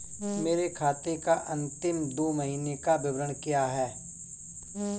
मेरे खाते का अंतिम दो महीने का विवरण क्या है?